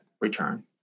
return